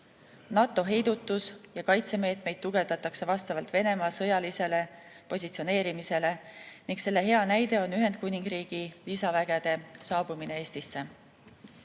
NATO heidutus‑ ja kaitsemeetmeid tugevdatakse vastavalt Venemaa sõjalisele positsioneerimisele ning selle hea näide on Ühendkuningriigi lisavägede saabumine